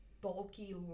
bulky